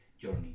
journey